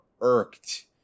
irked